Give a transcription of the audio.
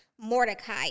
Mordecai